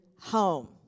home